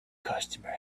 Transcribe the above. customer